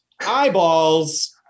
eyeballs